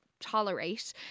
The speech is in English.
tolerate